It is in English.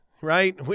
right